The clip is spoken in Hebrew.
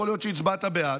יכול להיות שהצבעת בעד.